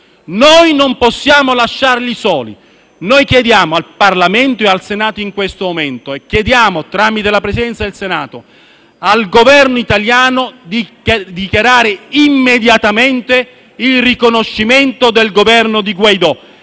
Non possiamo lasciarli soli. Chiediamo al Parlamento, al Senato in questo momento e, tramite la Presidenza del Senato, al Governo italiano, di dichiarare immediatamente il riconoscimento del Governo di Guaidó.